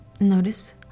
Notice